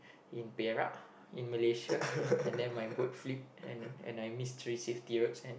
in Perak in Malaysia and then my boat flip and and I miss three safety words and